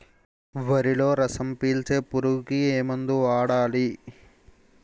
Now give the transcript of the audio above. వరిలో రసం పీల్చే పురుగుకి ఏ మందు వాడాలి?